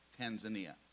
Tanzania